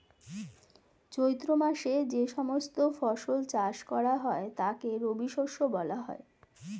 চৈত্র মাসে যে সমস্ত ফসল চাষ করা হয় তাকে রবিশস্য বলা হয়